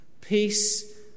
Peace